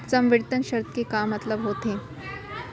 संवितरण शर्त के का मतलब होथे?